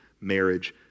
marriage